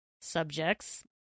subjects